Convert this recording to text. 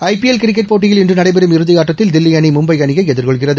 ஐ P L cricket போட்டியில் இன்று நடைபெறும் இறுதி ஆட்டத்தில் தில்லி அணி மும்பை அணியை எதிர்கொள்கிறது